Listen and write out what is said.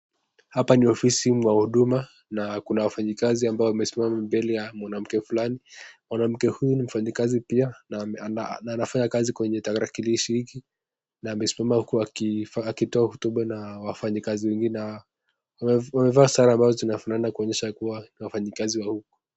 Hapa ni ofisi mwa huduma na kuna wafanyi kazi ambao wamesimama mbele ya mwanamke fulani, mwanamke huyu ni mfanyi kazi pia na anafanya kazi kwenye tarakilishi hiki na amesukuma akitoa hotuba na wafanyi kazi wengine hao, wamevaa sare ambao zenye zinafanana kuonyesha kuwa wafanyi kazi wa huko.